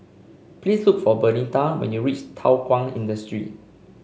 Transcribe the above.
please look for Bernita when you reach Thow Kwang Industry